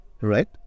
Right